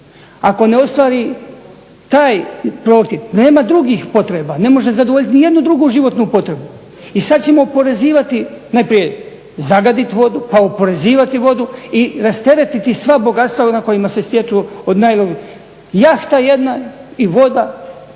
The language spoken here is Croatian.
Ako ne ostvari taj prohtjev, nema drugih potreba, ne može zadovoljiti ni jednu drugu životnu potrebu. I sad ćemo oporezivati najprije zagadit vodu, pa oporezivati vodu i rasteretiti sva bogatstva na kojima se stječu. Jahta jedna i voda